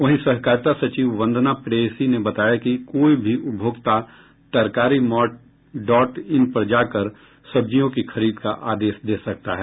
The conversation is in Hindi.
वहीं सहकारिता सचिव वंदना प्रेयसी ने बताया कि कोई भी उपभोक्ता तरकारीमार्ट डॉट इन पर जाकर सब्जियों की खरीद का आदेश दे सकता है